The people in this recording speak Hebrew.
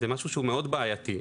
זה משהו שהוא מאוד בעייתי.